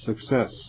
success